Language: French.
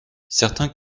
certains